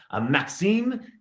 Maxime